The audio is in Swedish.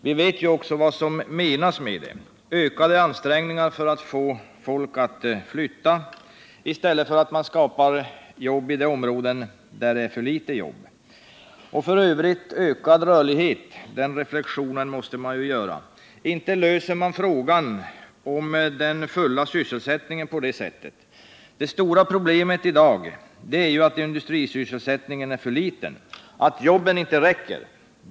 Vi vet också vad som menas därmed: ökade ansträngningar för att få folk att flytta i stället för att man skapar arbete i de områden som har för få jobb. Men inte löser man på det sättet problemet med den fulla sysselsättningen. Det stora problemet i dag är att industrisysselsättningen är för låg och att jobben inte räcker.